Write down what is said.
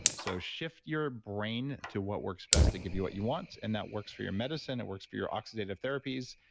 so shift your brain to what works best to give you what you want, and that works for your medicine, it works for your oxidative therapies,